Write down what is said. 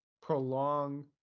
prolong